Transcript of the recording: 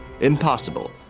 Impossible